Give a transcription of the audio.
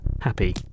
happy